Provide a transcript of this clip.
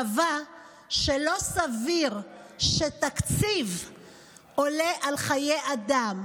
קבע שלא סביר שתקציב עולה על חיי אדם,